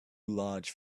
large